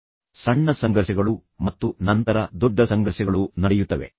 ಆದರೆ ನಾನು ಹೇಳಿದಂತೆ ಸಣ್ಣ ಸಂಘರ್ಷಗಳು ನಡೆಯುತ್ತವೆ ಮತ್ತು ನಂತರ ದೊಡ್ಡ ಸಂಘರ್ಷಗಳು ನಡೆಯುತ್ತವೆ